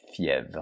fièvre